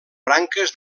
branques